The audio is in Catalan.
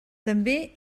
també